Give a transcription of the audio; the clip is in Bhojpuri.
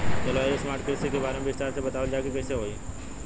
जलवायु स्मार्ट कृषि के बारे में विस्तार से बतावल जाकि कइसे होला?